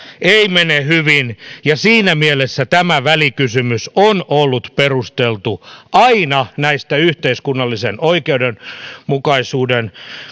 ei mene hyvin ja siinä mielessä tämä välikysymys on ollut perusteltu aina näistä yhteiskunnallisen oikeudenmukaisuuden